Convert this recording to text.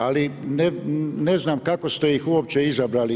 Ali, ne znam, kako ste ih uopće izabrali.